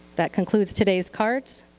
that concludes today's cards.